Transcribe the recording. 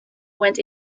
went